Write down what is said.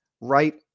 right